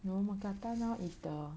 !hannor! mookata now is the